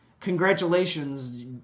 congratulations